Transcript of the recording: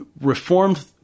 Reformed